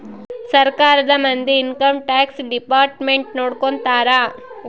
ಸರ್ಕಾರದ ಮಂದಿ income tax department ನೊಡ್ಕೋತರ